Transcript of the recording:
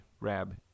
Rab